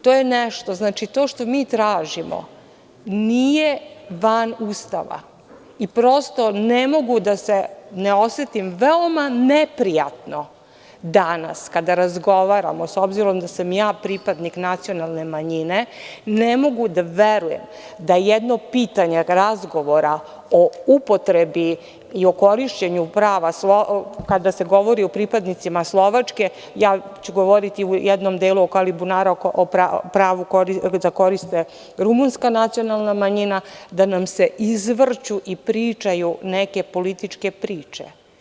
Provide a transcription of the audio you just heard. To što mi tražimo nije van Ustava i prosto ne mogu da se ne osetim veoma neprijatno danas kada razgovaramo, s obzirom da sam ja pripadnik nacionalne manjine, ne mogu da verujem da jedno pitanje razgovora o upotrebi i o korišćenju prava kada se govori o pripadnicima Slovačke, ja ću govoriti u jednom delu oko Alibunara, o pravu koju koristi rumunska nacionalna manjina, da nam se izvrću i pričaju neke političke priče.